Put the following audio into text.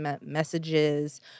messages